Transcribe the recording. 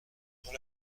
dans